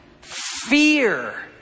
fear